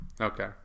Okay